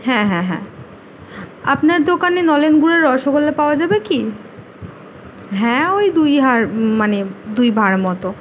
হ্যাঁ হ্যাঁ হ্যাঁ আপনার দোকানে নলেনগুড়ের রসগোল্লা পাওয়া যাবে কি হ্যাঁ ওই দুই হাড় মানে দুই ভাঁড় মতো